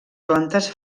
plantes